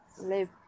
live